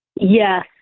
Yes